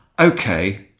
okay